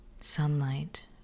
sunlight